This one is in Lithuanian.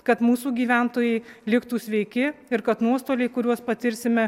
kad mūsų gyventojai liktų sveiki ir kad nuostoliai kuriuos patirsime